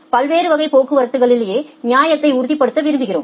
பல்வேறு வகை போக்குவரத்துகளிடையே நியாயத்தை உறுதிப்படுத்த விரும்புகிறோம்